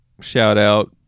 shout-out